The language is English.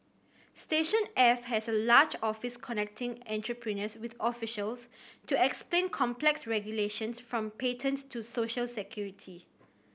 station F has a large office connecting entrepreneurs with officials to explain complex regulations from patents to social security